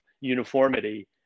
uniformity